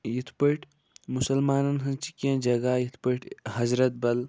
یِتھ پٲٹھۍ مُسلمانن ہٕنز چھِ کیٚنہہ جگہ یِتھ پٲٹھۍ حضرت بَل